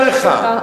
אני אומר לך,